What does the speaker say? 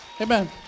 Amen